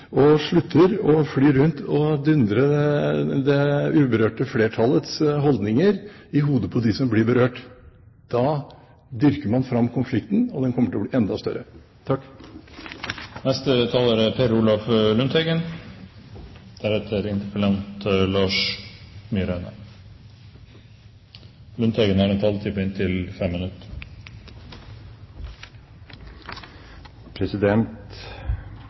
slutter med å fly rundt og dundre det uberørte flertallets holdninger i hodet på dem som blir berørt. Da dyrker man fram konflikten, og den kommer til å bli enda større. Statsråden sa at Norge er